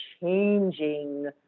changing